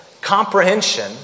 comprehension